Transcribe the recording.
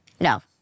No